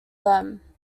them